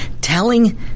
telling